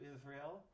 Israel